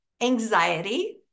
anxiety